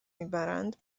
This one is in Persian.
میبرند